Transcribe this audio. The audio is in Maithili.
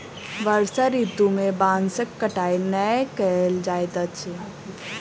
वर्षा ऋतू में बांसक कटाई नै कयल जाइत अछि